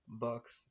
Bucks